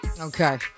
Okay